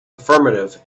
affirmative